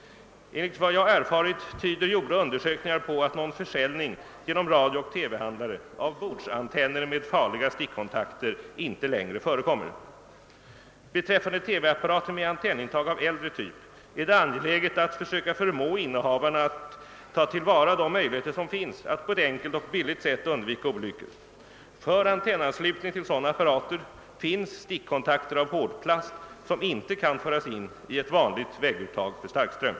Enligt vad jag erfarit tyder gjorda undersökningar på att någon försäljning genom radiooch TV-handlare av bordsantenner med farliga stickkontakter inte längre förekommer. Beträffande TV-apparater med an :ennintag av äldre typ är det angeläget att försöka förmå innehavarna att ta tillvara de möjligheter som finns att på ett enkelt och billigt sätt undvika olyckor. För antennanslutning till sådana apparater finns stickkontakter av hårdplast, som inte kan föras in i ett vanligt vägguttag för starkström.